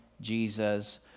jesus